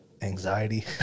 anxiety